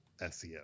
SEO